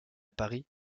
paris